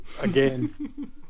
again